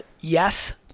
Yes